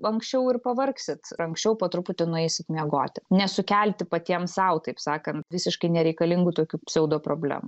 anksčiau ir pavargsit ir anksčiau po truputį nueisit miegoti nesukelti patiems sau taip sakant visiškai nereikalingų tokių pseudo problemų